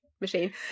machine